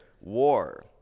war